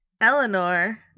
Eleanor